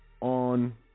on